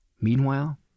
Meanwhile